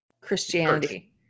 Christianity